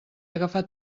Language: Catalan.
agafar